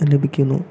ലഭിക്കുന്നു